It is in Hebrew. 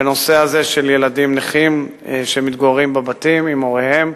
בנושא הזה של ילדים נכים שמתגוררים בבתים עם הוריהם,